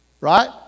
Right